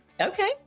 okay